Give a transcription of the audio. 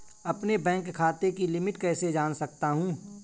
अपने बैंक खाते की लिमिट कैसे जान सकता हूं?